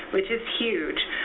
which is huge.